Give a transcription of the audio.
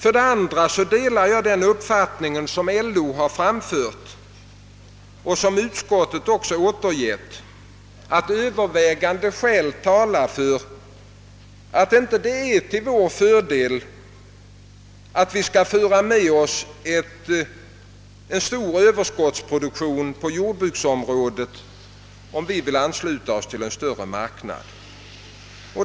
Jag delar den uppfattning som LO framfört och som också utskottet återgett, nämligen att övervägande skäl talar för att vi inte bör föra med oss en stor överskottsproduktion på jordbruksområdet, om vi vill ansluta oss till en större marknad.